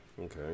Okay